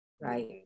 right